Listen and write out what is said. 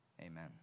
Amen